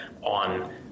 on